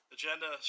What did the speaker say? agenda